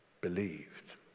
believed